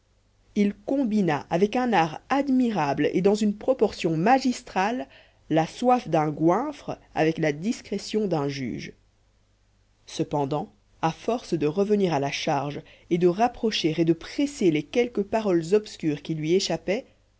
il combina avec un art admirable et dans une proportion magistrale la soif d'un goinfre avec la discrétion d'un juge cependant à force de revenir à la charge et de rapprocher et de presser les quelques paroles obscures qui lui échappaient